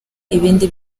ibindi